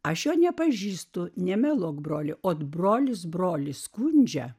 aš jo nepažįstu nemeluok broli o brolis brolį skundžia